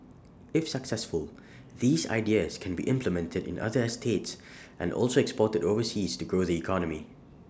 if successful these ideas can be implemented in other estates and also exported overseas to grow the economy